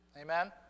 Amen